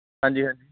ਹਾਂਜੀ ਹਾਂਜੀ